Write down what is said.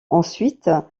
ensuite